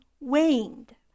waned